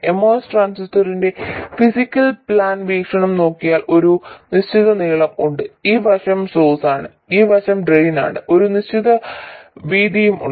MOS ട്രാൻസിസ്റ്ററിന്റെ physical plan വീക്ഷണം നോക്കിയാൽ ഒരു നിശ്ചിത നീളം ഉണ്ട് ഈ വശം സോഴ്സാണ് ഈ വശം ഡ്രെയിനാണ് ഒരു നിശ്ചിത വീതിയും ഉണ്ട്